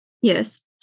Yes